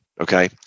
Okay